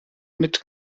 mit